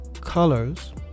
colors